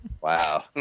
Wow